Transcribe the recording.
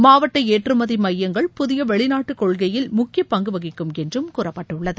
மாவட்ட ஏற்றுமதி மையங்கள் புதிய வெளிநாட்டுக் கொள்கையில் முக்கிய பங்கு வகிக்கும் என்று கூறப்பட்டுள்ளது